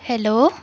hello